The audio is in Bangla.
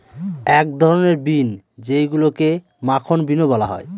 এক ধরনের বিন যেইগুলাকে মাখন বিনও বলা হয়